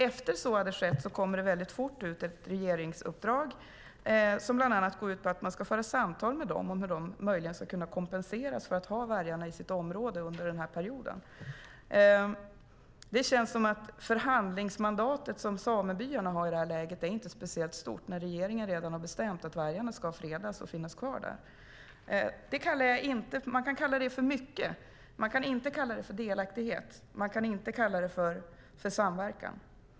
Efter att så hade skett kom det fort ut ett regeringsuppdrag som bland annat går ut på att man ska föra samtal med dem om hur de möjligen ska kunna kompenseras för att ha vargarna i sitt område under den här perioden. Det känns som att det förhandlingsmandat som samebyarna har i detta läge inte är speciellt stort när regeringen redan har bestämt att vargarna ska fredas och finnas kvar där. Man kan kalla det mycket. Man kan inte kalla det delaktighet. Man kan inte kalla det samverkan.